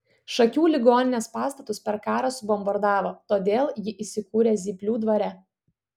šakių ligoninės pastatus per karą subombardavo todėl ji įsikūrė zyplių dvare